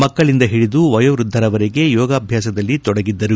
ಮಕ್ಕಳಿಂದ ಹಿಡಿದು ವಯೋವೃದ್ಧರವರೆಗೆ ಯೋಗಾಭ್ಯಾಸದಲ್ಲಿ ತೊಡಗಿದ್ದರು